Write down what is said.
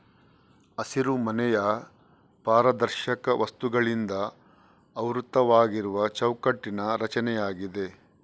ಹಸಿರುಮನೆಯು ಪಾರದರ್ಶಕ ವಸ್ತುಗಳಿಂದ ಆವೃತವಾಗಿರುವ ಚೌಕಟ್ಟಿನ ರಚನೆಯಾಗಿದೆ